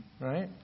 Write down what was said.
Right